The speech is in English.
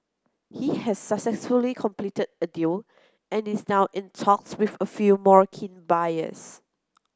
he has successfully completed a deal and is now in talks with a few more keen buyers